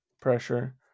pressure